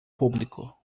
público